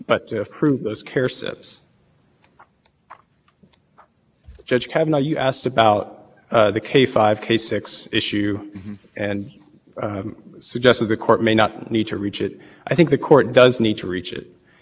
the care super approvals are on the books and everyone relied on them and they said the states have done all they need to do under the good neighbor provision it couldn't just be obvious to everybody that that was wrong e p a needed to get rid of those in order to clear the way